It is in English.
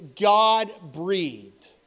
God-breathed